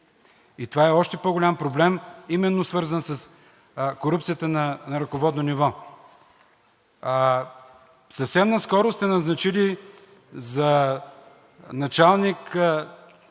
и това е още по-голям проблем, именно свързан с корупцията на ръководно ниво. Съвсем наскоро сте назначили за началник,